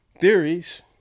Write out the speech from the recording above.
theories